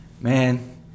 Man